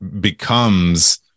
becomes